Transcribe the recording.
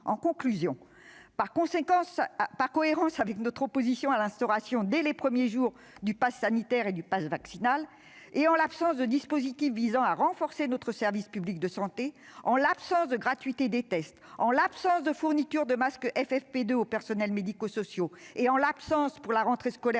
En conclusion, par cohérence avec l'opposition que nous avons exprimée dès les premiers jours à l'instauration du passe sanitaire et du passe vaccinal, et en l'absence de dispositifs visant à renforcer notre service public de santé, en l'absence de gratuité des tests, en l'absence de fourniture de masques FFP2 aux personnels médico-sociaux, en l'absence pour la rentrée scolaire